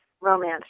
romance